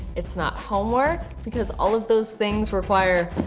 it's not homework, because all of those things require